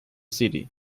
city